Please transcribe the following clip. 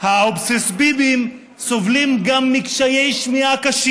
והמעצמה האמריקנית,